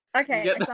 Okay